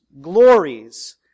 glories